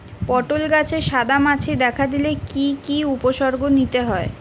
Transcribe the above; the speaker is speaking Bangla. পটল গাছে সাদা মাছি দেখা দিলে কি কি উপসর্গ নিতে হয়?